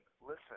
listen